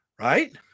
Right